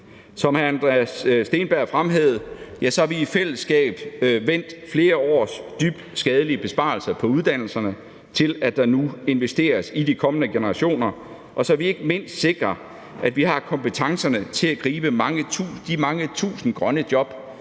Som hr. Andreas Steenberg fremhævede, har vi i fællesskab vendt flere års dybt skadelige besparelser på uddannelserne, til at der nu investeres i de kommende generationer, og så vi ikke mindst sikrer, at vi har kompetencerne til at gribe de mange tusind grønne job,